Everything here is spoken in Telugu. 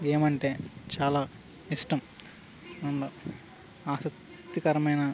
గేమ్ అంటే చాలా ఇష్టం అండ్ ఆసక్తికరమైన